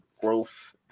growth